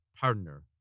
partner